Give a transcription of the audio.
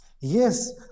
Yes